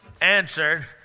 answered